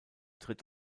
tritt